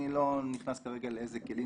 אני לא נכנס כרגע לאיזה כלים